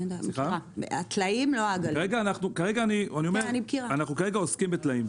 כרגע אנחנו עוסקים בטלאים.